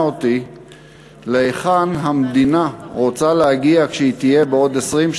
אותי להיכן המדינה רוצה להגיע כשהיא תהיה בעוד 20,